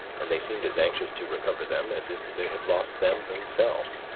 and they seemed as anxious to recover them as if they had lost them themselves.